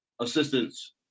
assistance